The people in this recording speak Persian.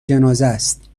جنازهست